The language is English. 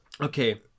Okay